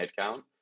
headcount